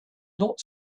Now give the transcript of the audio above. not